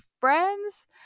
friends